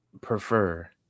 prefer